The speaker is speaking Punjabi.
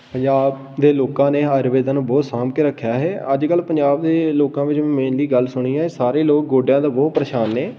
ਪੰਜਾਬ ਦੇ ਲੋਕਾਂ ਨੇ ਆਯੁਰਵੇਦਨ ਬਹੁਤ ਸਾਂਭ ਕੇ ਰੱਖਿਆ ਹੈ ਅੱਜ ਕੱਲ੍ਹ ਪੰਜਾਬ ਦੇ ਲੋਕਾਂ ਵਿੱਚ ਮੇਨਲੀ ਗੱਲ ਸੁਣੀ ਹੈ ਸਾਰੇ ਲੋਕ ਗੋਡਿਆਂ ਤੋਂ ਬਹੁਤ ਪਰੇਸ਼ਾਨ ਨੇ